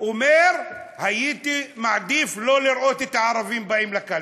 אמר: הייתי מעדיף לא לראות את הערבים באים לקלפי.